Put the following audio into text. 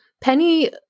Penny